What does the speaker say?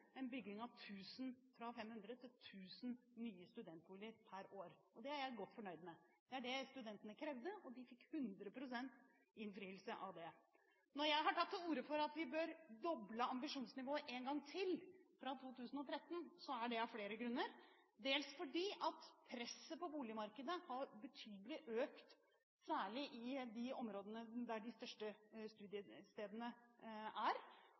en bygging fra 500 til 1 000 nye studentboliger per år. Det er jeg godt fornøyd med. Det er det studentene krevde, og de fikk 100 pst. innfrielse. Når jeg har tatt til orde for at vi bør doble ambisjonsnivået en gang til fra 2013, er det av flere grunner, dels fordi presset på boligmarkedet har økt betydelig – særlig i de områdene der de største studiestedene er